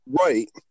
Right